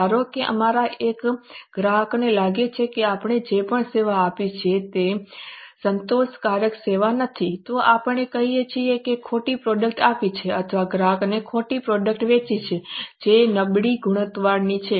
ધારો કે અમારા એક ગ્રાહકને લાગે છે કે આપણે જે પણ સેવા આપી છે તે સંતોષકારક સેવા નથી તો આપણે કહીએ છીએ કે ખોટી પ્રોડક્ટ આપી છે અથવા ગ્રાહકને ખોટી પ્રોડક્ટ વેચી છે જે નબળી ગુણવત્તાની છે